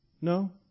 No